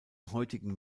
heutigen